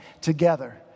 together